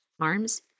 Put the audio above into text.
arms